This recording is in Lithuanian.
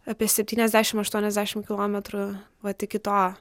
apie septyniasdešimt aštuoniasdešimt kilometrų vat iki to